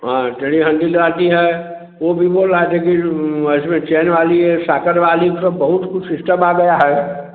हाँ टेढ़ी हंडिल आती है वह भी बोल रहा था कि इसमें चैन वाली है संकल वाली तो बहुत कुछ सिस्टम आ गया है